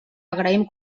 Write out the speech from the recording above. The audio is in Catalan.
agraïm